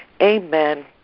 Amen